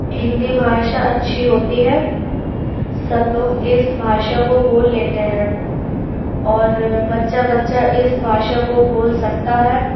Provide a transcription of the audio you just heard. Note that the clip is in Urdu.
ہندی بھاشا اچھی ہوتی ہے سب لوگ اس بھاشا کو بول لیتے ہیں اور بچہ بچہ اس بھاشا کو بول سکتا ہے